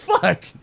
fuck